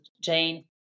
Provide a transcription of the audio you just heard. Jane